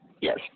Yes